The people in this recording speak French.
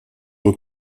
aux